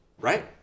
Right